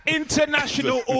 international